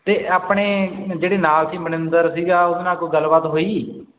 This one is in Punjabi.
ਅਤੇ ਆਪਣੇ ਜਿਹੜੇ ਨਾਲ ਸੀ ਮਨਿੰਦਰ ਸੀਗਾ ਉਹਦੇ ਨਾਲ ਕੋਈ ਗੱਲਬਾਤ ਹੋਈ